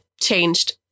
changed